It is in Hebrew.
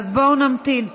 אז בואו נמתין.